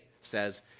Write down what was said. says